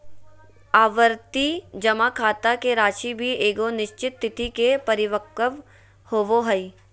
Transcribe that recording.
आवर्ती जमा खाता के राशि भी एगो निश्चित तिथि के परिपक्व होबो हइ